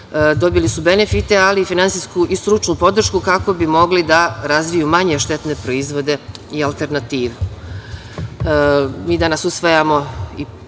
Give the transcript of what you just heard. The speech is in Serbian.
Dobili su benefite, ali finansijsku i stručnu podršku kako bi mogli da razviju manje štetne proizvode i alternativu. Mi